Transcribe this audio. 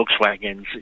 Volkswagens